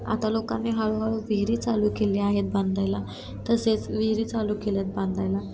आता लोकांनी हळूहळू विहिरी चालू केल्या आहेत बांधायला तसेच विहिरी चालू केले आहेत बांधायला